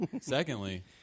secondly